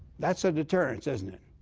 that's a deterrence, isn't it?